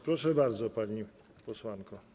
Proszę bardzo, pani posłanko.